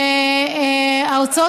שארצות